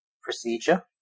procedure